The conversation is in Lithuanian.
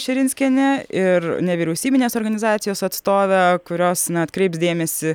širinskienę ir nevyriausybinės organizacijos atstovę kurios atkreips dėmesį